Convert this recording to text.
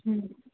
হুম